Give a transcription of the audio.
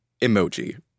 emoji